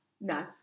No